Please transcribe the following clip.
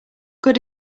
good